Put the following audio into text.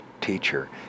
teacher